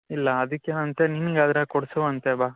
ಇಲ್ಲ ಅದಕ್ಕೆ ಅಂಥ ನಿಂಗೆ ಯಾವ್ದಾರು ಕೊಡ್ಸುವಂತೆ ಬಾ